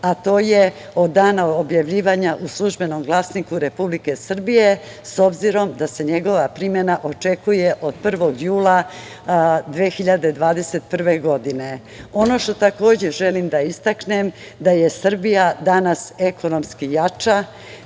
a to je od dana objavljivanja u „Službenom glasniku RS“, s obzirom da se njegova primena očekuje od 1. jula 2021. godine. Ono što želim da istaknem jeste da je Srbija danas ekonomski jača,